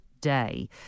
day